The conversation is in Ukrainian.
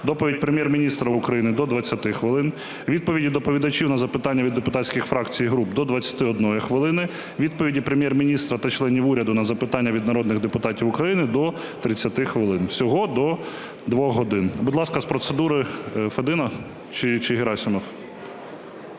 доповідь Прем'єр-міністра України – до 20 хвилин, відповіді доповідачів на запитання від депутатських фракцій і груп – до 21 хвилини, відповіді Прем'єр-міністра та членів уряду на запитання від народних депутатів України – до 30 хвилин. Всього – до двох годин. Будь ласка, з процедури Федина. Чи Герасимов?